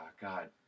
God